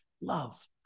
love